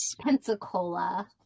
Pensacola